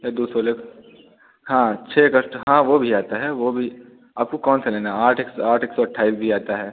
या दो सोलह हाँ छः दस तो हाँ वह भी आता है वह भी आपको कौनसा लेना है आठ एक सौ आठ एक सौ अट्ठाईस भी आता है